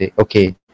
Okay